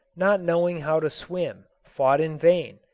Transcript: not knowing how to swim, fought in vain,